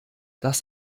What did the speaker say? das